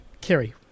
Kerry